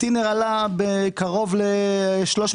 הטינר עלה בקרוב ל-300%.